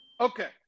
Okay